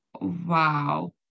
Wow